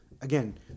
again